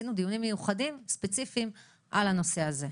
עשינו דיונים ספציפיים מיוחדים על הנושא הזה.